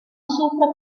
sufre